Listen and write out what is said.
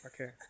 Okay